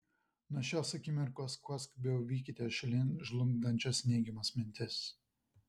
nuo šios akimirkos kuo skubiau vykite šalin žlugdančias neigiamas mintis